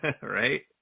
Right